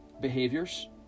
behaviors